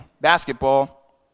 basketball